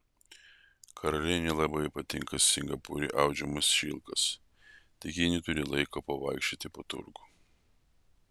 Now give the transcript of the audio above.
karalienei labai patinka singapūre audžiamas šilkas tik ji neturi laiko pavaikščioti po turgų